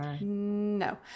no